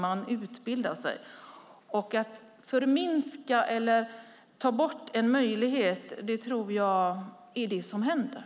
Jag tror att det som händer är att man tar bort en möjlighet.